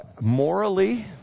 Morally